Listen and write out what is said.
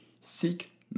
seek